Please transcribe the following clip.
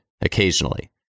occasionally